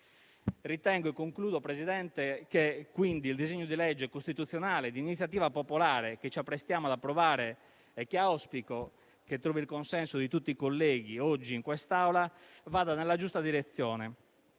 determinazione. Ritengo che quindi il disegno di legge costituzionale di iniziativa popolare che ci apprestiamo ad approvare e che auspico trovi il consenso di tutti i colleghi oggi in quest'Aula vada nella giusta direzione.